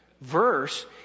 verse